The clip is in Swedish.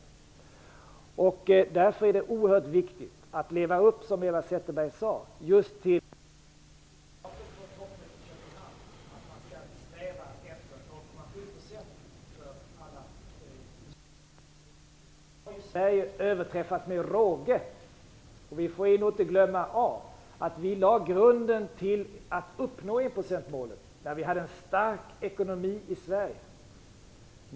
Det är därför som Eva Zetterberg sade oerhört viktigt att leva upp till budskapet från toppmötet i Köpenhamn, att vi skall sträva efter att nivån på biståndet i alla industriländer skall ligga på 0,7 %. Detta har ju Sverige överträffat med råge. Vi får heller inte glömma att grunden för att uppnå enprocentsmålet lades då vi hade en stark ekonomi i Sverige.